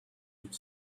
could